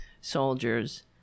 soldiers